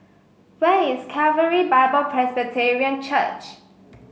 where is Calvary Bible Presbyterian Church